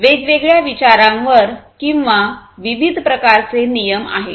वेगवेगळ्या विचारांवर किंवा विविध प्रकारचे नियम आहेत